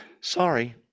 sorry